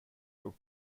upp